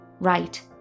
Right